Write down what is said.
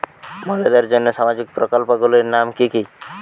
মহিলাদের জন্য সামাজিক প্রকল্প গুলির নাম কি কি?